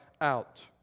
out